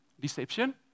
Deception